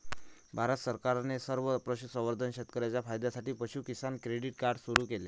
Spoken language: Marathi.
भारत सरकारने सर्व पशुसंवर्धन शेतकर्यांच्या फायद्यासाठी पशु किसान क्रेडिट कार्ड सुरू केले